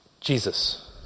Jesus